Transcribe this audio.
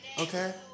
okay